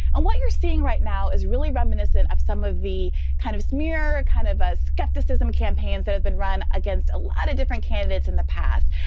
and what you're seeing right now is really reminiscent of some of the kind of smear ah kind of ah skepticism campaigns that have been run against a lot of different candidates in the past.